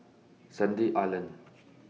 Sandy Island